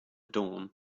dawn